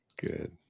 Good